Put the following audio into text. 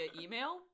email